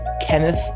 Kenneth